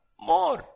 more